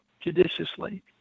judiciously